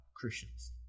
Christians